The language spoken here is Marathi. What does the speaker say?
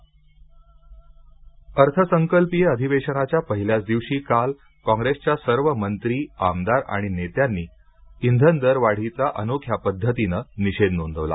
काँग्रेस इंधन दरवाढ अर्थसंकल्पीय अधिवेशनाच्या पहिल्याच दिवशी काल काँग्रेसच्या सर्व मंत्री आमदार आणि नेत्यांनी इंधन दरवाढीचा अनोख्या पद्धतीनं निषेध नोंदवला